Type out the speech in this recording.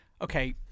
Okay